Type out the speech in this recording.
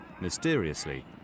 mysteriously